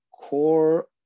core